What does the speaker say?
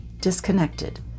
disconnected